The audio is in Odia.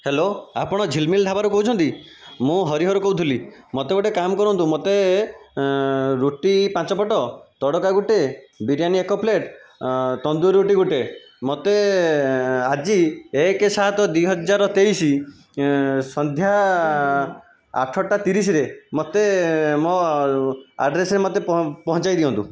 ହ୍ୟାଲୋ ଆପଣ ଝିଲମିଲ ଢାବାରୁ କହୁଛନ୍ତି ମୁଁ ହରିହର କହୁଥିଲି ମୋତେ ଗୋଟିଏ କାମ କରନ୍ତୁ ମୋତେ ରୁଟି ପାଞ୍ଚ ପଟ ତଡ଼କା ଗୋଟିଏ ବିରୀୟାନୀ ଏକ ପ୍ଲେଟ୍ ତନ୍ଦୁରୀ ରୁଟି ଗୋଟିଏ ମୋତେ ଆଜି ଏକ ସାତ ଦୁଇ ହଜାର ତେଇଶ ସନ୍ଧ୍ୟା ଆଠଟା ତିରିଶରେ ମୋତେ ମୋ ଆଡ୍ରେସରେ ମୋତେ ପ ପହଞ୍ଚେଇ ଦିଅନ୍ତୁ